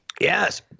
Yes